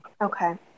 Okay